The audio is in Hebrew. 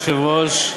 אדוני היושב-ראש,